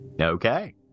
Okay